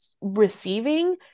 receiving